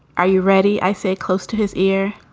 are you ready? i say, close to his ear.